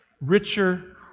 richer